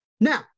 Now